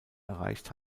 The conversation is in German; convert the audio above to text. erreicht